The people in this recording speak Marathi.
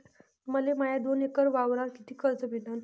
मले माया दोन एकर वावरावर कितीक कर्ज भेटन?